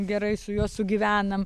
gerai su juo sugyvenam